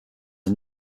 are